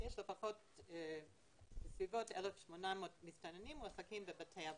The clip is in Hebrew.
יש בסביבות 1,800 מסתננים מועסקים בבתי אבות.